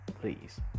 please